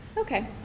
Okay